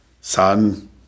son